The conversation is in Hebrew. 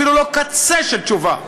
אפילו לא קצה של תשובה.